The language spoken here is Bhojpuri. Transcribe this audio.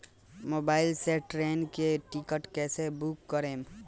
मोबाइल से ट्रेन के टिकिट कैसे बूक करेम?